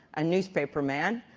a newspaper man.